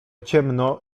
ciemno